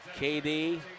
KD